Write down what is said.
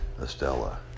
Estella